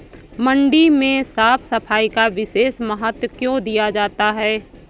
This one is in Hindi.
मंडी में साफ सफाई का विशेष महत्व क्यो दिया जाता है?